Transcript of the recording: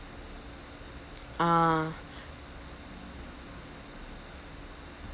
ah